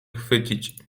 chwycić